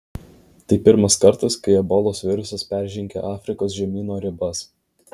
tai pirmas kartas kai ebolos virusas peržengė afrikos žemyno ribas